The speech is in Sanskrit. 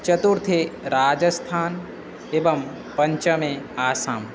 चतुर्थं राजस्थानम् एवं पञ्चमम् आसाम्